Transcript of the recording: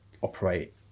operate